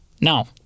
Now